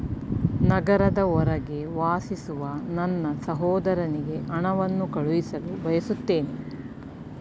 ನಗರದ ಹೊರಗೆ ವಾಸಿಸುವ ನನ್ನ ಸಹೋದರನಿಗೆ ಹಣವನ್ನು ಕಳುಹಿಸಲು ಬಯಸುತ್ತೇನೆ